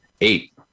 Eight